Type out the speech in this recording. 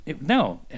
No